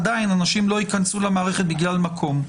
עדיין אנשים לא ייכנסו למערכת בגלל מקום.